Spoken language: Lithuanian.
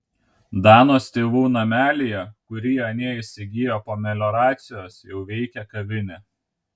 danos tėvų namelyje kurį anie įsigijo po melioracijos jau veikia kavinė